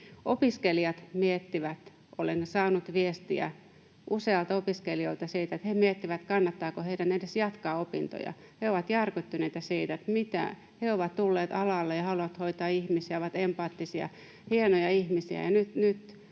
Opiskelijat miettivät — olen saanut viestiä useilta opiskelijoilta — kannattaako heidän edes jatkaa opintojaan. He ovat järkyttyneitä siitä, että mitä: he ovat tulleet alalle ja haluavat hoitaa ihmisiä, ovat empaattisia hienoja ihmisiä,